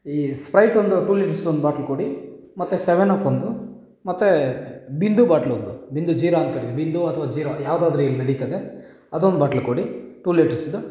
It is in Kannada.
ಈ ಸ್ಪ್ರೈಟ್ ಒಂದು ಟು ಲೀಟಸ್ದೊಂದು ಬಾಟ್ಲ್ ಕೊಡಿ ಮತ್ತೆ ಸೆವೆನ್ ಅಫ್ ಒಂದು ಮತ್ತು ಬಿಂದು ಬಾಟ್ಲ್ ಒಂದು ಬಿಂದು ಜೀರ ಅಂತಾರಲ್ಲ ಬಿಂದು ಅಥವಾ ಜೀರ ಯಾವ್ದಾದ್ರೂ ಇಲ್ಲಿ ನಡಿತದೆ ಅದೊಂದು ಬಾಟ್ಲ್ ಕೊಡಿ ಟು ಲೀಟರ್ಸ್ದು